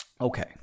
Okay